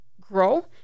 grow